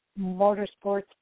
Motorsports